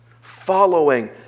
following